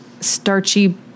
starchy